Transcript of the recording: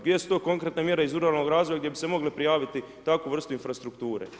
Gdje su to konkretne mjere iz ruralnog razvoja gdje bi se mogle prijaviti takvu vrstu infrastrukture?